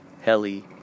heli